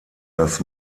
dass